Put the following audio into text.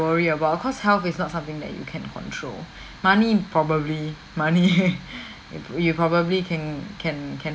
worry about cause health is not something that you can control money probably money you probably can can can